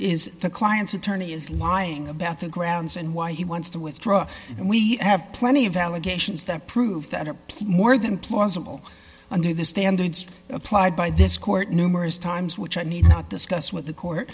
is the client's attorney is lying about the grounds and why he wants to withdraw and we have plenty of allegations that prove that more than plausible under the standards applied by this court numerous times which i need not discuss with the court